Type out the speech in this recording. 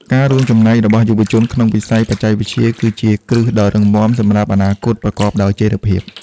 ការរួមចំណែករបស់យុវជនក្នុងវិស័យបច្ចេកវិទ្យាគឺជាគ្រឹះដ៏រឹងមាំសម្រាប់អនាគតប្រកបដោយចីរភាព។